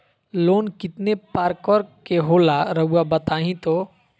Loan कितने पारकर के होला रऊआ बताई तो?